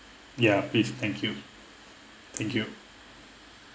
ya please thank you thank you